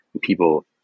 people